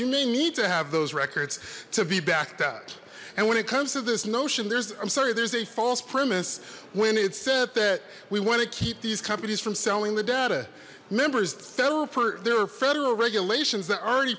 you may need to have those records to be backed up and when it comes to this notion there's i'm sorry there's a false premise when it said that we want to keep these companies from selling the data members settle for there are federal regulations that already